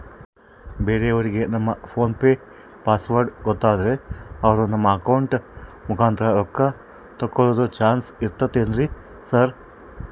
ಬೇರೆಯವರಿಗೆ ನಮ್ಮ PhonePe password ಗೊತ್ತಾದ್ರೆ ಅವರು ನಮ್ಮ ಅಕೌಂಟ್ ಮುಖಾಂತರ ರೊಕ್ಕ ತಕ್ಕೊಳ್ಳೋ ಚಾನ್ಸ್ ಇರ್ತದೆನ್ರಿ ಸರ್?